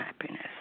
happiness